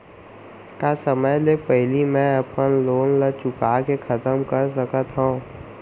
का समय ले पहिली में अपन लोन ला चुका के खतम कर सकत हव?